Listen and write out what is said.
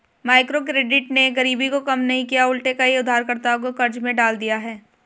microcredit ने गरीबी को कम नहीं किया उलटे कई उधारकर्ताओं को कर्ज में डाल दिया है